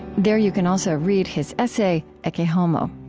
there, you can also read his essay ecce homo.